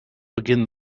begin